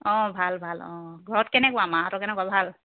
অঁ ভাল ভাল অঁ ঘৰত কেনেকুৱা মাহঁতৰ কেনেকুৱা ভাল